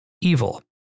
evil